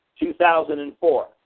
2004